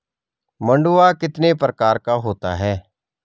मंडुआ कितने प्रकार का होता है?